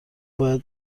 باید